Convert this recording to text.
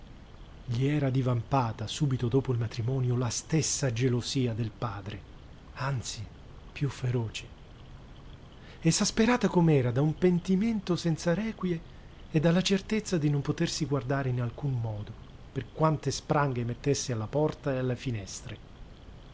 gli era divampata subito dopo il matrimonio la stessa gelosia del padre anzi piú feroce esasperata com'era da un pentimento senza requie e dalla certezza di non potersi guardare in alcun modo per quante spranghe mettesse alla porta e alle finestre